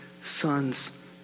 sons